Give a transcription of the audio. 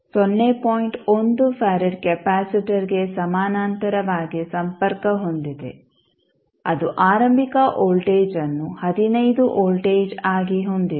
1 farad ಕೆಪಾಸಿಟರ್ಗೆ ಸಮಾನಾಂತರವಾಗಿ ಸಂಪರ್ಕ ಹೊಂದಿದೆ ಅದು ಆರಂಭಿಕ ವೋಲ್ಟೇಜ್ಅನ್ನು 15 ವೋಲ್ಟೇಜ್ಆಗಿ ಹೊಂದಿದೆ